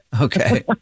Okay